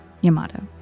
Yamato